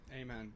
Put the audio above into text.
Amen